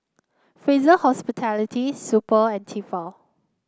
Fraser Hospitality Super and Tefal